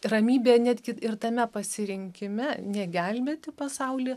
ramybė netgi ir tame pasirinkime ne gelbėti pasaulį